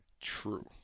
true